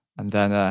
and then, ah